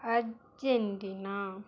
Argentina